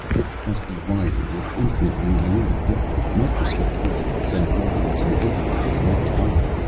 it must be wired with infinitely minute equipment microscope grapples and wires invisible to the naked eye.